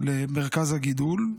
למרכז הגידול,